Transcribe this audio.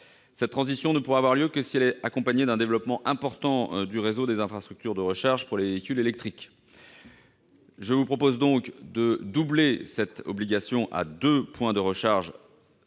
Cette transition ne pourra avoir lieu que si elle est accompagnée d'un développement important du réseau des infrastructures de recharge pour les véhicules électriques. C'est pourquoi je propose de doubler l'obligation : deux points de recharge